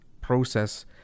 process